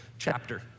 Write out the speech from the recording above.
chapter